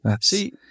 see